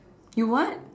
you what